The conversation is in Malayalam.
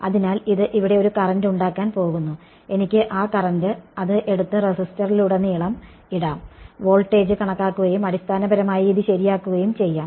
അതിനാൽ ഇത് ഇവിടെ ഒരു കറന്റ് ഉണ്ടാക്കാൻ പോകുന്നു എനിക്ക് ആ കറന്റ് അത് എടുത്ത് റെസിസ്റ്ററിലുടനീളം ഇടാം വോൾട്ടേജ് കണക്കാക്കുകയും അടിസ്ഥാനപരമായി ഇത് ശരിയാക്കുകയും ചെയ്യാം